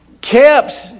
kept